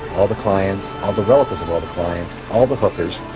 all the clients, all the relatives of all the clients, all the hookers,